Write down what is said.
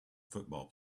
football